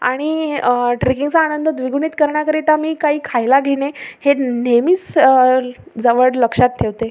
आणि ट्रेकिंगचा आनंद द्विगुणित करण्याकरिता मी काही खायला घेणे हे न् नेहमीच ल् जवळ लक्षात ठेवते